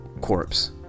corpse